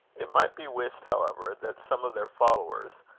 it might be wished, however, that some of their followers,